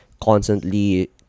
constantly